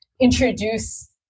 introduce